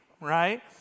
right